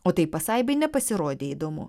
o tai pasaibai nepasirodė įdomu